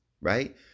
right